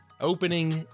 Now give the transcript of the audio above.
Opening